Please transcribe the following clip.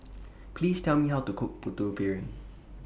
Please Tell Me How to Cook Putu Piring